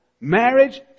marriage